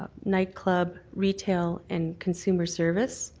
nightclub, retail, and consumer service.